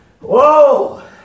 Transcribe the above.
Whoa